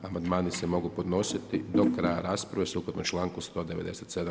Amandmani se mogu podnositi do kraja rasprave sukladno članku 197.